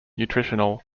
nutritional